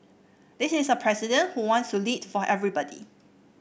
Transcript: this is a president who wants to lead for everybody